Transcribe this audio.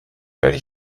werde